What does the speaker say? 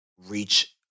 reach